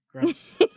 Gross